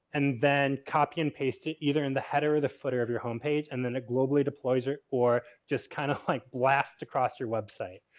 and then copy and paste it either in the header or the footer of your homepage. and then it globally deploy your, or just kind of like blast across your website.